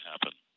happen